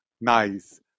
nice